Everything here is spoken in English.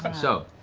um so.